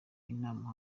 inama